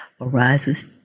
arises